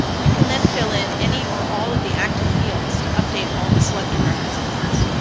you can then fill in any or all of the active fields to update all the selected records at once.